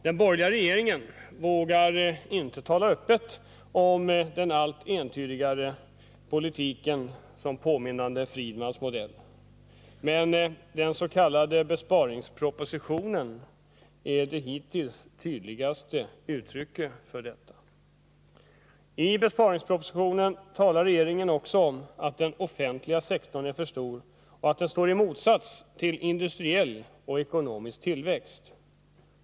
Den borgerliga regeringen vågar inte tala öppet om att den allt entydigare för en politik av Friedmans modell, men dens.k. besparingspropositionen är det hittills tydligaste uttrycket för detta. I besparingspropositionen talar regeringen också om att den offentliga sektorn är för stor och att den står i motsats till industriell och ekonomisk tillväxt.